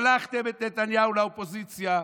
שלחתם את נתניהו לאופוזיציה,